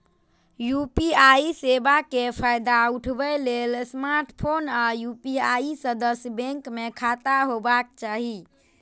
UPI सेवा के फायदा उठबै लेल स्मार्टफोन आ यू.पी.आई सदस्य बैंक मे खाता होबाक चाही